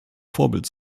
vorbild